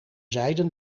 zijden